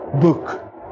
book